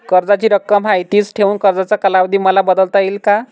कर्जाची रक्कम आहे तिच ठेवून कर्जाचा कालावधी मला बदलता येईल का?